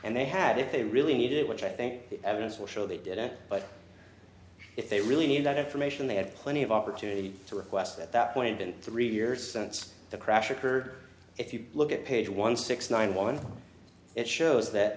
and they had if they really needed which i think the evidence will show they did it but if they really need that information they had plenty of opportunity to request at that point in three years since the crash occurred if you look at page one six nine one it shows that